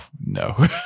no